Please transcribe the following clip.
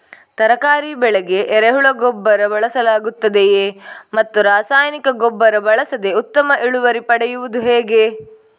ತರಕಾರಿ ಬೆಳೆಗೆ ಎರೆಹುಳ ಗೊಬ್ಬರ ಬಳಸಲಾಗುತ್ತದೆಯೇ ಮತ್ತು ರಾಸಾಯನಿಕ ಗೊಬ್ಬರ ಬಳಸದೆ ಉತ್ತಮ ಇಳುವರಿ ಪಡೆಯುವುದು ಹೇಗೆ?